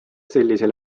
sellisel